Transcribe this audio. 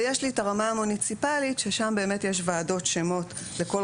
ויש את הרמה המוניציפלית ששם יש ועדת שמות לכל